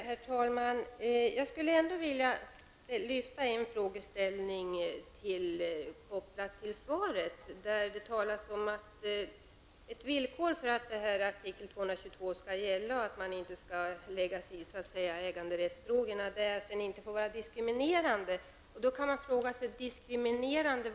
Herr talman! Jag skulle vilja ta upp en frågeställning som är kopplad till frågesvaret. Det talas om att ett villkor för att artikel 222 skall gälla och att man inte skall lägga sig i äganderättsfrågorna är att den nationella lagstiftningen inte får vara diskriminerande. Man kan då fråga sig: Vad innebär diskriminerande?